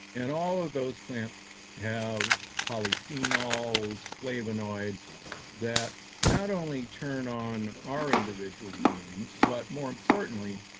and all of those plant have polyphenols, flavonoids that not only turn on our individual genes, but more importantly,